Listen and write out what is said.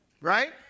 Right